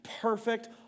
perfect